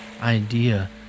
idea